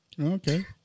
Okay